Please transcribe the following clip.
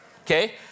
Okay